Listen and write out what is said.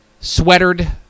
sweatered